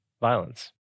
violence